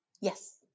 Yes